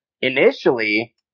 initially